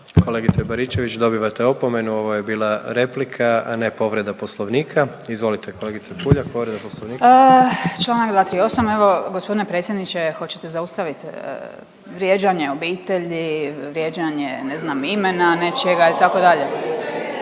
kolegice Baričević. Dobivate opomenu, ovo je bila replika, a ne povreda Poslovnika. Izvolite, kolegice Puljak, povreda Poslovnika. **Puljak, Marijana (Centar)** Čl. 238, evo, g. predsjedniče, hoćete zaustaviti vrijeđanje obitelji, vrijeđanje, ne znam, imena nečijeg, itd.?